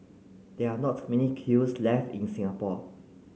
there are not many kilns left in Singapore